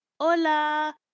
hola